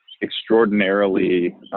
extraordinarily